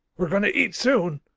we're going to eat soon!